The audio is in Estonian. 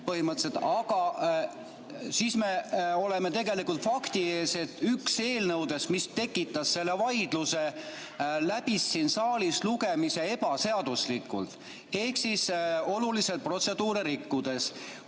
põhimõtteliselt. Aga siis me oleme fakti ees, et üks eelnõudest, mis tekitas vaidluse, läbis siin saalis lugemise ebaseaduslikult ehk oluliselt protseduure rikkudes.